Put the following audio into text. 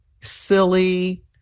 silly